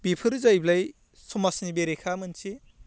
बेफोरो जाहैब्लाय समाजनि बेरेखा मोनसे